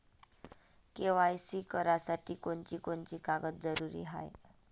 KYC करासाठी कोनची कोनची कागद जरुरी हाय?